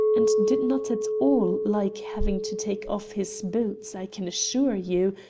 and did not at all like having to take off his boots, i can assure you,